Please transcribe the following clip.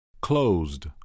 closed